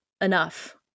enough